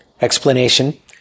explanation